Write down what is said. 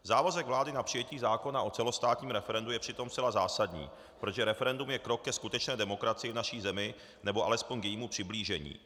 Závazek vlády na přijetí zákona o celostátním referendu je přitom zcela zásadní, protože referendum je krok ke skutečné demokracii v naší zemi, nebo alespoň k jejímu přiblížení.